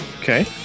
Okay